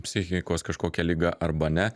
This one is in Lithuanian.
psichikos kažkokią ligą arba ne